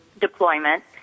deployment